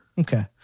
okay